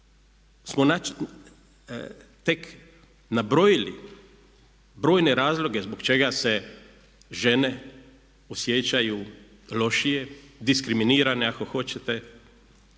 smo tek nabrojili brojne razloge zbog čega se žene osjećaju lošije, diskriminirane ako hoćete.